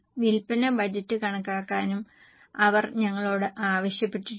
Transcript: വിൽപ്പന ബജറ്റ് കണക്കാക്കാനും അവർ ഞങ്ങളോട് ആവശ്യപ്പെട്ടിട്ടുണ്ട്